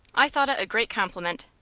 i thought it a great compliment.